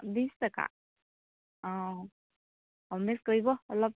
বিশ টকা অ কম বেছ কৰিব অলপ